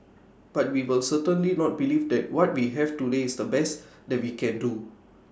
but we will certainly not believe that what we have to list is the best that we can do